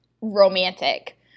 romantic